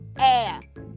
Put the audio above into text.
ass